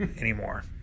anymore